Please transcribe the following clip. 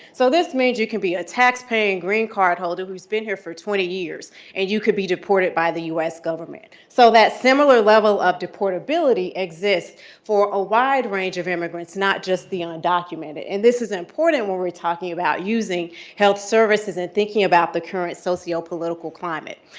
so this means you can be a taxpaying green card holder who's been here for twenty years and you could be deported by the us government. so that similar level of deportability exists for a wide range of immigrants, not just the undocumented. and this is important when we're talking about using health services and thinking about the current sociopolitical climate.